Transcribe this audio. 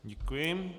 Děkuji.